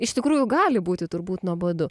iš tikrųjų gali būti turbūt nuobodu